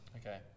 Okay